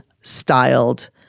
styled